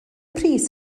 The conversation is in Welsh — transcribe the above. pris